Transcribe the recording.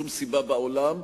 שום סיבה בעולם,